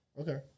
Okay